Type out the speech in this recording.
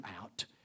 out